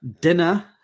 Dinner